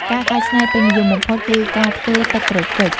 ការកែច្នៃពេញនិយមបំផុតគឺការធ្វើ ទឹកក្រូចឃ្វិច។